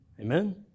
Amen